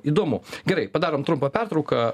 įdomu gerai padarom trumpą pertrauką